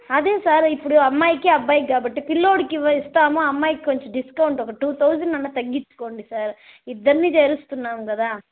అదే సార్ ఇప్పుడు అమ్మాయికి అబ్బాయికి కాబట్టి పిల్లాడికి ఇవ్ ఇస్తాము అమ్మాయికి కొద్దిగా డిస్కౌంట్ ఒక టూ థౌజండ్ అయినా తగ్గించుకోండి సార్ ఇద్దరినీ చేరుస్తున్నాము కదా